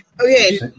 Okay